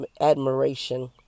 admiration